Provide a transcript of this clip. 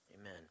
Amen